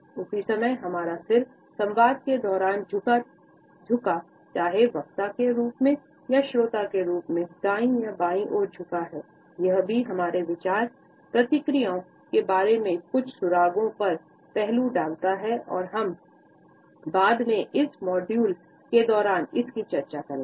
उसी समय हमारा सिर संवाद के दौरान झुका चाहे वक्ता के रूप में या श्रोता के रूप में दाईं या बाईं ओर झुका है यह भी हमारे विचार प्रक्रियाओं के बारे में कुछ सुरागों पर पहलू डालता और हम बाद में इस मॉड्यूल के दौरान इसकी चर्चा करेंगे